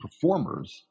performers